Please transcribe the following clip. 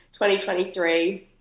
2023